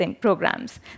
programs